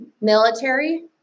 military